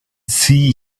see